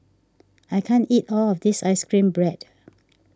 I can't eat all of this Ice Cream Bread